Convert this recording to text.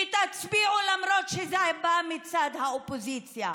ותצביעו, למרות שזה בא מצד האופוזיציה.